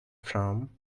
from